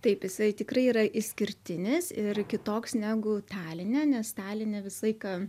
taip jisai tikrai yra išskirtinis ir kitoks negu taline nes taline visą laiką